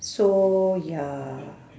so ya